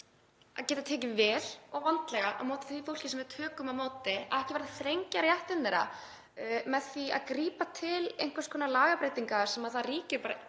að geta tekið vel og vandlega á móti því fólki sem við tökum á móti, ekki vera að þrengja að rétti þeirra með því að grípa til einhvers konar lagabreytinga sem ríkir alls